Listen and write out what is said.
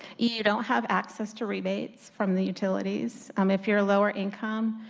you don't have access to rebates from the utilities, um if your lower income,